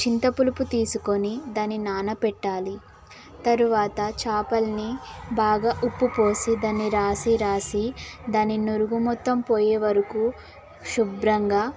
చింత పులుసు తీసుకొని దాన్ని నానపెట్టాలి తరువాత చేపలని బాగా ఉప్పు పూసి దాన్ని రాసి రాసి దాని నురుగు మొత్తం పోయే వరకు శుభ్రంగా